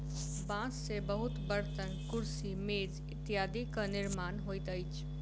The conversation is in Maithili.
बांस से बहुत बर्तन, कुर्सी, मेज इत्यादिक निर्माण होइत अछि